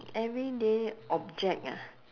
everyday object ah